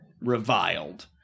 reviled